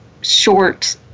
short